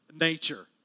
nature